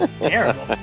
terrible